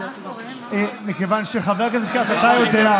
אתה יודע,